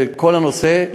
בכל הנושא,